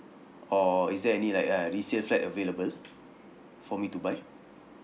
or is there any like uh resale flat available for me to buy